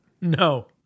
No